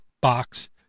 box